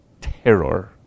terror